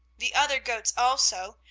the other goats also,